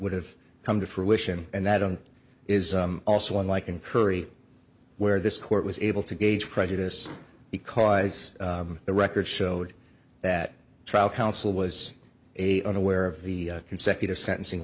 would have come to fruition and that is also unlike in curry where this court was able to gauge prejudice because the record showed that trial counsel was a unaware of the consecutive sentencing